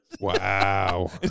Wow